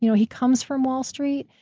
you know he comes from wall street.